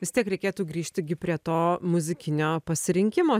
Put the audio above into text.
vis tiek reikėtų grįžti prie to muzikinio pasirinkimo